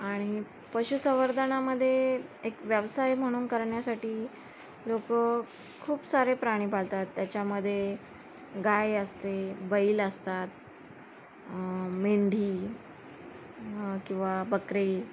आणि पशुसंवर्धनामध्ये एक व्यवसाय म्हणून करण्यासाठी लोक खूप सारे प्राणी पाळतात त्याच्यामध्ये गाय असते बैल असतात मेंढी किंवा बकरी